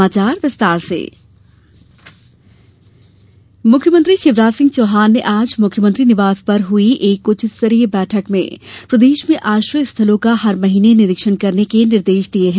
hostel निरीक्षण मुख्यमंत्री शिवराज सिंह चौहान ने आज मुख्यमंत्री निवास पर हुई एक उच्च स्तरीय बैठक में प्रदेश में आश्रय स्थलों का हर महीने निरीक्षण करने के निर्देश दिये हैं